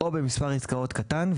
או במספר עסקאות קטן,